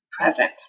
present